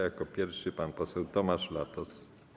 Jako pierwszy pan poseł Tomasz Latos.